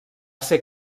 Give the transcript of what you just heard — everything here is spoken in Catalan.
ser